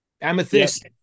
Amethyst